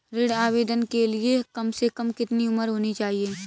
ऋण आवेदन के लिए कम से कम कितनी उम्र होनी चाहिए?